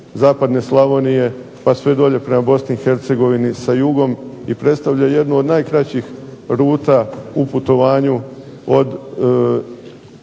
zapadne Slavonije pa sve dolje prema Bosni i Hercegovini sa jugom i predstavlja jednu od najkraćih ruta u putovanju od